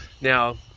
Now